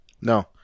No